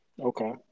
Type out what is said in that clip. Okay